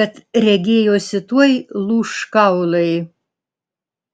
kad regėjosi tuoj lūš kaulai